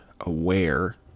aware